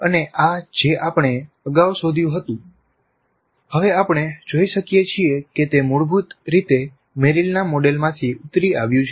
અને આ જે આપણે અગાઉ શોધ્યું હતું હવે આપણે જોઈ શકીએ છીએ કે તે મૂળભૂત રીતે મેરિલના મોડેલમાંથી ઉતરી આવ્યું છે